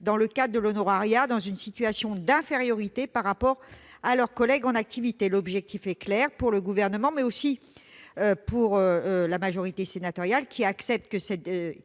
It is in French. dans le cadre de l'honorariat, dans une situation d'infériorité par rapport à leurs collègues en activité ». L'objectif est clair pour le Gouvernement mais aussi pour la majorité sénatoriale qui accepte cette